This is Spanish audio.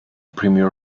premier